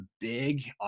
big